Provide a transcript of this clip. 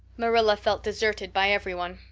marilla felt deserted by everyone.